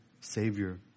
Savior